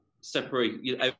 separate